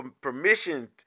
permission